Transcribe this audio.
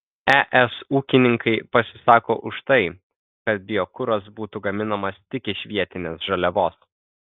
es ūkininkai pasisako už tai kad biokuras būtų gaminamas tik iš vietinės žaliavos